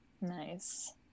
Nice